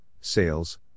sales